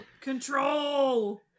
Control